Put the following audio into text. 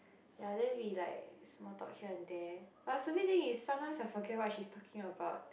ya then we like small talk her and there but a stupid thing is sometimes I forget what she's talking about